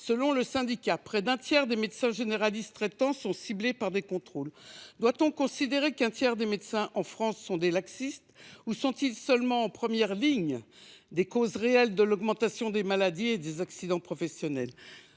Selon le syndicat, près d’un tiers des médecins généralistes traitants sont ciblés par des contrôles. Doit on considérer qu’un tiers des médecins, en France, sont laxistes ou sont ils seulement confrontés, en première ligne, aux causes réelles de l’augmentation des maladies et des accidents professionnels ?